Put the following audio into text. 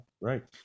right